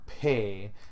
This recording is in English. pay